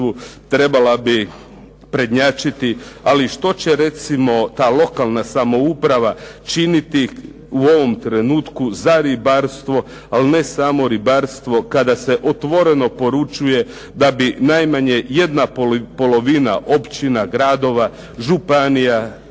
trebala bi prednjačiti, ali što će recimo ta lokalna samouprava činiti u ovom trenutku za ribarstvo ali ne samo ribarstvo, kada se otvoreno poručuje da bi najmanje jedna polovina općina, županija,